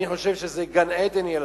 אני חושב שזה יהיה גן-עדן לתושבים.